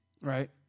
Right